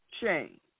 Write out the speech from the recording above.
change